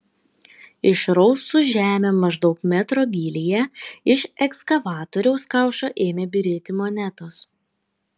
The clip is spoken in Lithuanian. išrausus žemę maždaug metro gylyje iš ekskavatoriaus kaušo ėmė byrėti monetos